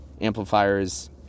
amplifiers